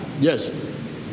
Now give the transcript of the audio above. Yes